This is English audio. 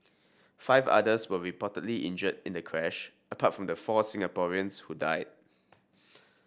five others were reportedly injured in the crash apart from the four Singaporeans who died